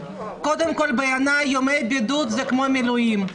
קודם כול בעיניי ימי בידוד זה כמו מילואים.